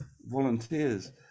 volunteers